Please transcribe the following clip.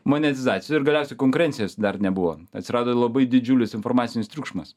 monetizacijos ir galiausiai konkurencijos dar nebuvo atsirado labai didžiulis informacinis triukšmas